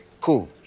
Cool